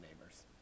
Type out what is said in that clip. neighbors